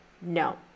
no